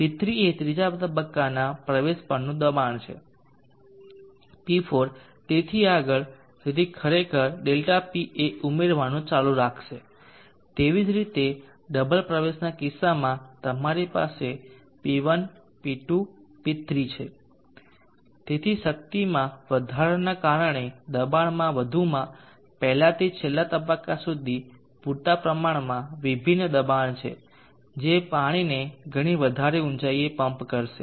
P3 એ ત્રીજા તબક્કાના પ્રવેશ પરનું દબાણ છે P4 તેથી આગળ તેથી ખરેખર ∆P એ ઉમેરવાનું ચાલુ રાખશે તેવી જ રીતે ડબલ પ્રવેશના કિસ્સામાં તમારી પાસે P1 P2 P3 છે તેથી શક્તિમાં વધારાના કારણે દબાણમાં વધુમાં પહેલાથી છેલ્લા તબક્કા સુધી પૂરતા પ્રમાણમાં વિભિન્ન દબાણ છે જે પાણીને ઘણી વધારે ઊંચાઈએ પંપ કરશે